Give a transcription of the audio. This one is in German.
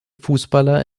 fußballer